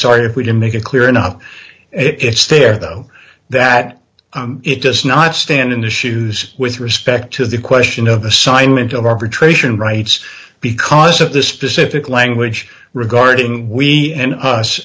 sorry if we didn't make it clear enough it's there though that it does not stand in the shoes with respect to the question of assignment of arbitration rights because of the specific language regarding we and us